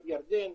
ירדן,